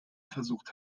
versucht